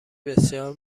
بسیار